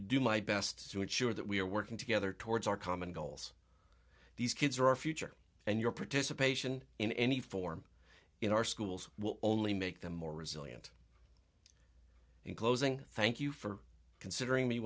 to do my best to ensure that we are working together towards our common goals these kids are our future and your participation in any form in our schools will only make them more resilient in closing thank you for considering me